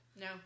No